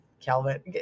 Calvin